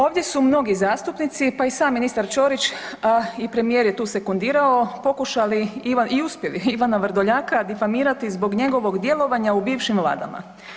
Ovdje su mnogi zastupnici, pa i sam ministar Ćorić, a i premijer je tu sekundirao pokušali i uspjeli Ivana Vrdoljaka difamirati zbog njegovog djelovanja u bivšim vladama.